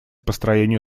построению